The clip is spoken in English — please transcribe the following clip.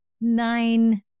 nine